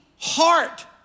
heart